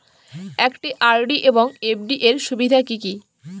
একটি আর.ডি এবং এফ.ডি এর সুবিধা কি কি?